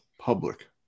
public